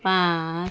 पाँच